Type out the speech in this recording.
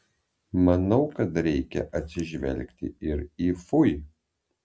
manau kad reikia atsižvelgti ir į fui